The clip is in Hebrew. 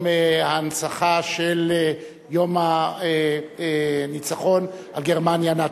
ההנצחה של יום הניצחון על גרמניה הנאצית.